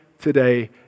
today